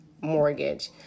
mortgage